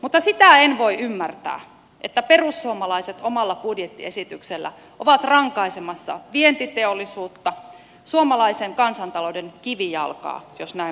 mutta sitä en voi ymmärtää että perussuomalaiset omalla budjettiesityksellään ovat rankaisemassa vientiteollisuutta suomalaisen kansantalouden kivijalkaa jos näin voidaan sanoa